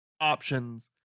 options